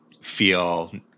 feel